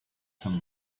some